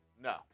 no